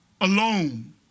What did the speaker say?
alone